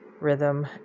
rhythm